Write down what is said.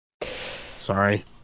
sorry